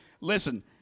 listen